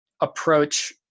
approach